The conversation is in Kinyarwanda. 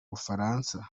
bufaransa